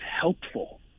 helpful